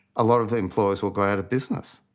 a lot of employers will go out of business.